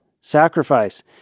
sacrifice